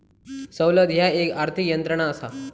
सवलत ह्या एक आर्थिक यंत्रणा असा